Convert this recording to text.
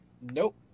Nope